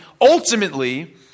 ultimately